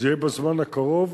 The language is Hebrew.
זה יהיה בזמן הקרוב,